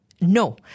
No